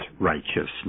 righteousness